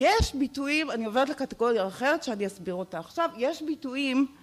יש ביטויים, אני עוברת לקטגוריה אחרת שאני אסביר אותה עכשיו, יש ביטויים